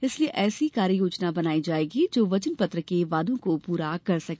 इसलिए ऐसी कार्य योजना बनाई जायेगी जो वचन पत्र के वायदों को पूरा कर सके